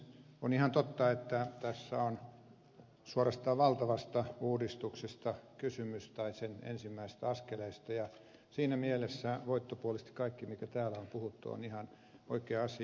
on ihan totta että tässä on kysymys suorastaan valtavasta uudistuksesta tai sen ensimmäisistä askeleista ja siinä mielessä voittopuolisesti kaikki mikä täällä on puhuttu on ihan oikeaa asiaa